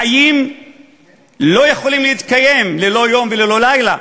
חיים לא יכולים להתקיים ללא יום או ללא לילה,